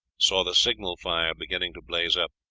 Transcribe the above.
saw the signal-fire beginning to blaze up.